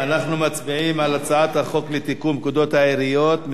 אנחנו מצביעים על הצעת החוק לתיקון פקודת העיריות (מס'